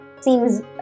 seems